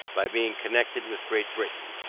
by being connected with great britain.